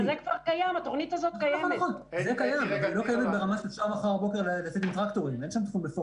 היא לא קיימת ברמה של מחר בבוקר שמים שם טרקטורים.